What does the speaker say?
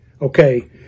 Okay